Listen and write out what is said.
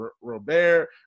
Robert